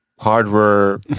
hardware